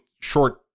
short